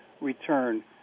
return